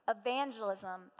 evangelism